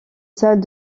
salle